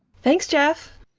thanks, jeff.